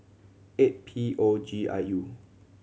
eight P O G I U